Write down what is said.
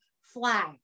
flag